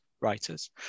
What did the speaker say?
writers